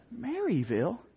Maryville